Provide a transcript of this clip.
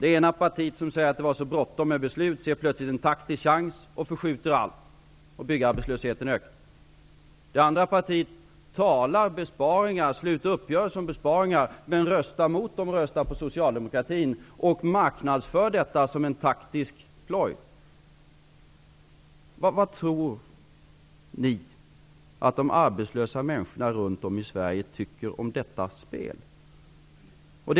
Det ena partiet som säger att det är så bråttom med beslut ser plötsligt en taktisk chans och förskjuter allt medan byggarbetslösheten ökar. Det andra partiet sluter uppgörelser om besparingar, men röstar emot uppgörelserna och röstar med socialdemokratin. Detta marknadsförs sedan som en taktisk ploj. Vad tror ni att de arbetslösa människorna runt om i Sverige anser om detta spel?